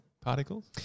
particles